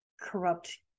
corrupt